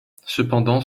cependant